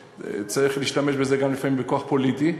צריך להשתמש בזה גם לפעמים בכוח פוליטי.